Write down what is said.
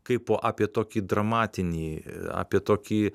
kaip o apie tokį dramatinį apie tokį